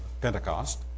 Pentecost